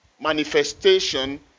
manifestation